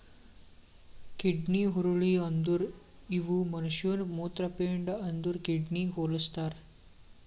kidney ಹುರುಳಿ ಅಂದುರ್ ಇವು ಮನುಷ್ಯನ ಮೂತ್ರಪಿಂಡ ಅಂದುರ್ ಕಿಡ್ನಿಗ್ ಹೊಲುಸ್ತಾರ್